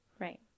Right